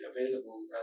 available